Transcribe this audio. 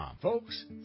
Folks